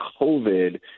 COVID